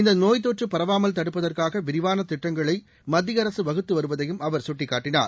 இந்தநோய் தொற்றுபரவாமல் தடுப்பதற்காகவிரிவானதிட்டங்களை மத்தியஅரசுவகுத்துவருவதையும் அவர் சுட்டிக்காட்டினார்